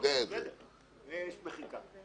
יודע שאתה מגיע עם תוכנית שלמה.